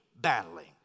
battling